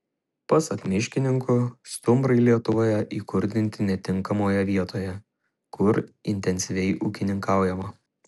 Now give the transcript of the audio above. pasak miškininkų stumbrai lietuvoje įkurdinti netinkamoje vietoje kur intensyviai ūkininkaujama